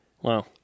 Wow